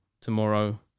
tomorrow